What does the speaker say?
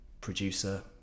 producer